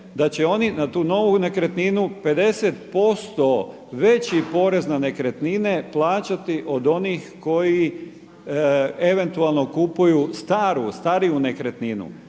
da će oni na tu novu nekretninu 50% veći porez na nekretnine plaćati od onih koji eventualno kupuju staru, stariju nekretninu.